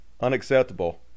unacceptable